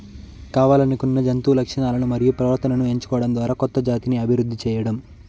కావల్లనుకున్న జంతు లక్షణాలను మరియు ప్రవర్తనను ఎంచుకోవడం ద్వారా కొత్త జాతిని అభివృద్ది చేయడం